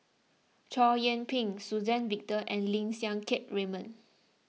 Chow Yian Ping Suzann Victor and Lim Siang Keat Raymond